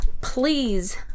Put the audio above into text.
please